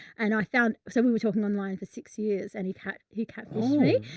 and i found, so we were talking online for six years, and he'd had, he catfished me.